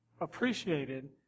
appreciated